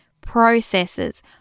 processes